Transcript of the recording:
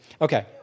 Okay